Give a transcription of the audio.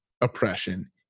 oppression